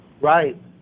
Right